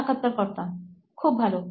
সাক্ষাৎকারকর্তাখুব ভালো